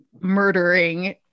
murdering